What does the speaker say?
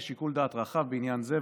יש שיקול דעת רחב בעניין זה,